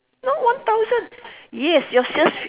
no one thousand yes your sales